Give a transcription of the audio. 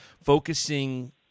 focusing –